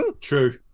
True